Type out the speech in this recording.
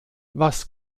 was